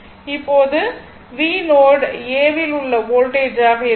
இப்போது v note A இல் உள்ள வோல்டேஜ் ஆக இருக்கட்டும்